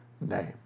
name